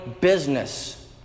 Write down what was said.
business